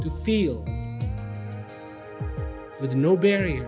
to feel with no barrier